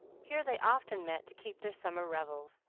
here they often met to keep their summer revels,